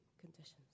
conditions